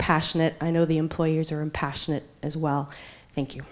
passionate i know the employers are impassionate as well thank you